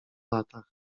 latach